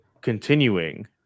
continuing